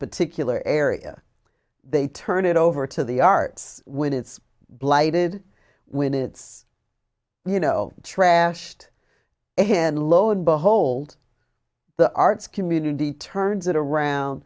particular area they turn it over to the arts when it's blighted when it's you know trashed and low and behold the arts community turns it around